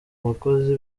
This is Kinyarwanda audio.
bakozi